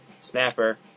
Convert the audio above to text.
Snapper